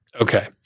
okay